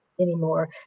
anymore